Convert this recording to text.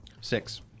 Six